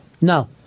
No